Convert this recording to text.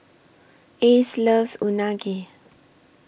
Ace loves Unagi